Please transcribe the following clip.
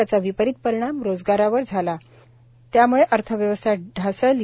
त्याचा विपरीत परिणाम रोजगारावर झाला तीम्ळे अर्थव्यवस्था ढासळली